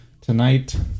tonight